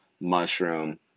mushroom